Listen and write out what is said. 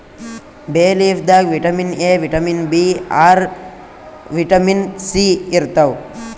ಬೇ ಲೀಫ್ ದಾಗ್ vitamin A, vitamin B ಆರ್, ವಿಟಮಿನ್ ಸಿ ಇರ್ತವ್